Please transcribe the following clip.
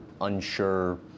unsure